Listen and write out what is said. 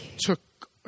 took